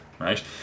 right